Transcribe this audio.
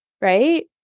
right